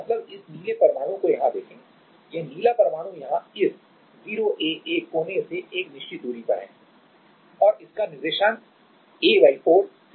मतलब इस नीले परमाणु को यहाँ देखें यह नीला परमाणु यहाँ इस 0 a a कोने से एक निश्चित दूरी पर है और इसका निर्देशांक a4 3a4 a4 है